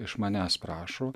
iš manęs prašo